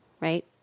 right